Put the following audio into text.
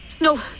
No